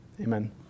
amen